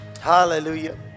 Hallelujah